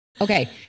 Okay